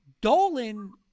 Dolan